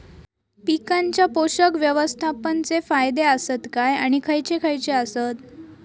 पीकांच्या पोषक व्यवस्थापन चे फायदे आसत काय आणि खैयचे खैयचे आसत?